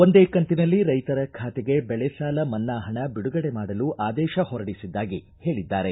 ಒಂದೇ ಕಂತಿನಲ್ಲಿ ರೈತರ ಬಾತೆಗೆ ಬೆಳೆ ಸಾಲ ಮನ್ನಾ ಹಣ ಬಿಡುಗಡೆ ಮಾಡಲು ಆದೇಶ ಹೊರಡಿಸಿದ್ದಾಗಿ ಹೇಳಿದ್ದಾರೆ